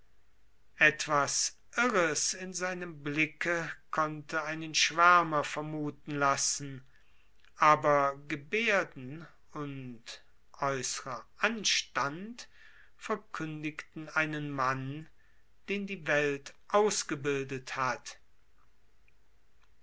etwas irres in seinem blicke konnte einen schwärmer vermuten lassen aber gebärden und äußrer anstand verkündigten einen mann den die welt ausgebildet hat